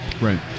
Right